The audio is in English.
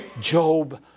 Job